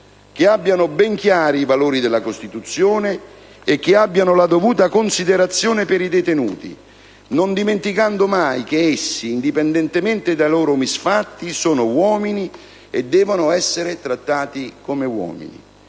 che abbiano ben chiari i valori della Costituzione e che abbiano la dovuta considerazione per i detenuti, non dimenticando mai che essi, indipendentemente dai loro misfatti, sono uomini e devono essere trattati come uomini.